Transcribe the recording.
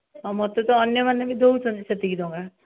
ହଁ ମୋତେ ତ ଅନ୍ୟମାନେ ବି ଦେଉଛନ୍ତି ସେତିକି ଟଙ୍କା